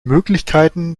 möglichkeiten